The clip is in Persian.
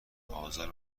آزار